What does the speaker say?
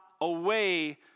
Away